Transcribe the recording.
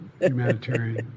humanitarian